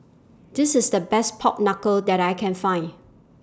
This IS The Best Pork Knuckle that I Can Find